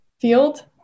field